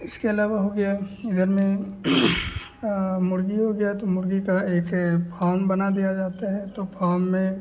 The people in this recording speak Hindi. इसके अलावा हो गया इधर में मुर्गी हो गई तो मुर्गी का एक फार्म बना दिया जाता है तो फार्म में